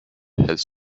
has